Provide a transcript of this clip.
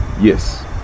Yes